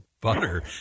butter